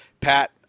pat